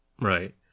Right